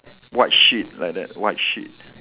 white sheet like that white sheet